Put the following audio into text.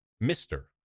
Mister